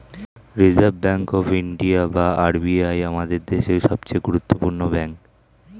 reserve bank of India বা RBI আমাদের দেশের সবচেয়ে গুরুত্বপূর্ণ ব্যাঙ্ক